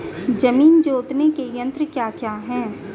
जमीन जोतने के यंत्र क्या क्या हैं?